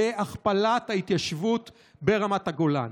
להכפלת ההתיישבות ברמת הגולן.